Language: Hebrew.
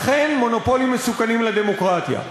אכן, מונופולים מסוכנים לדמוקרטיה.